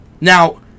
Now